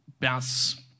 bounce